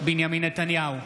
בנימין נתניהו,